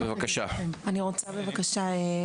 בבקשה קרן.